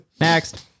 Next